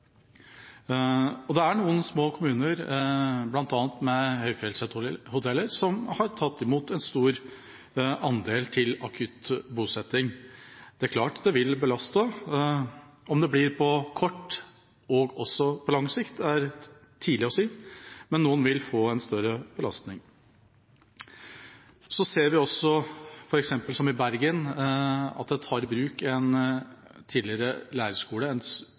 Det er noen små kommuner, bl.a. med høyfjellshoteller, som har tatt imot en stor andel til akutt bosetting. Det er klart det vil belaste dem. Om det blir både på kort og på lang sikt, er tidlig å si, men noen vil få en større belastning. Vi ser også at en tar i bruk en tidligere lærerskole i Bergen, en